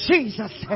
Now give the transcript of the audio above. Jesus